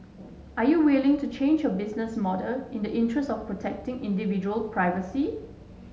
are you willing to change your business model in the interest of protecting individual privacy